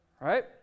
right